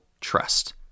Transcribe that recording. trust